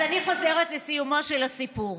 אז אני חוזרת לסיומו של הסיפור: